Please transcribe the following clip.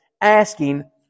asking